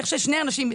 איך ששני אנשים,